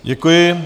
Děkuji.